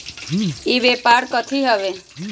ई व्यापार कथी हव?